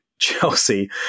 Chelsea